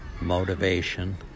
Motivation